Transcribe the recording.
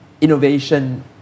innovation